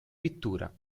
pittura